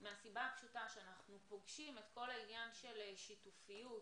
מהסיבה הפשוטה שאנחנו פוגשים את כל העניין של שיתופיות,